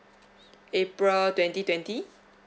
april twenty twenty